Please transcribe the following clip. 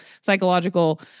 psychological